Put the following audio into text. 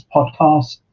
Podcast